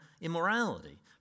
immorality